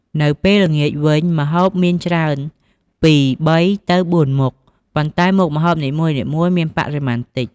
នៅពេលល្ងាចវិញ ម្ហូបមានច្រើន ពី ៣ ទៅ ៤ មុខ ប៉ុន្តែមុខម្ហូបនីមួយៗមានបរិមាណតិច។